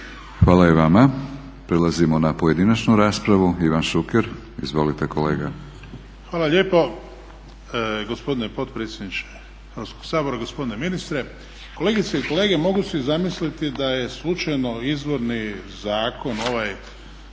Hvala i vama. Prelazimo na pojedinačnu raspravu. Ivan Šuker, izvolite kolega. **Šuker, Ivan (HDZ)** Hvala lijepo gospodine potpredsjedniče Hrvatskog sabora. Gospodine ministre, kolegice i kolege. Mogu si zamisliti da je slučajno izvorni zakon ovaj